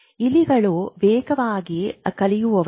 ಇಲಿಗಳು ವೇಗವಾಗಿ ಕಲಿಯುವವರು